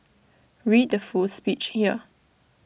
read the full speech here